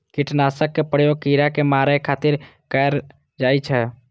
कीटनाशक के प्रयोग कीड़ा कें मारै खातिर कैल जाइ छै